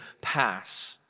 pass